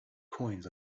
coins